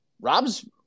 Rob's